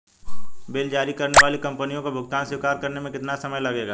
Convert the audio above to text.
Bill जारी करने वाली कंपनी को भुगतान स्वीकार करने में कितना समय लगेगा?